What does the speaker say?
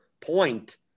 point